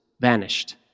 vanished